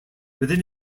within